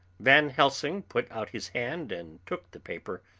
van helsing put out his hand and took the paper,